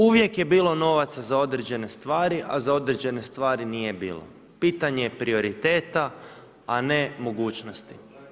Uvijek je bilo novaca za određene stvari, a za određene stvari nije bilo, pitanje je prioriteta, a ne mogućnosti.